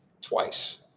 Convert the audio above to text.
twice